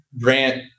grant